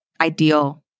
ideal